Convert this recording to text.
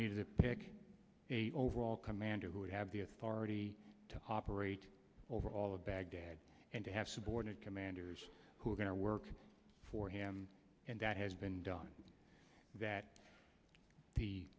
needs to pick a overall commander who would have the authority to operate over all of baghdad and to have subordinate commanders who are going to work for him and that has been done that the